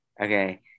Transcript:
Okay